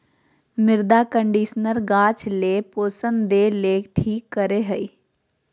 मृदा कंडीशनर गाछ ले पोषण देय ले ठीक करे हइ